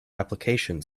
application